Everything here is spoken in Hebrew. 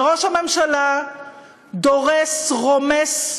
וראש הממשלה דורס, רומס,